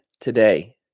today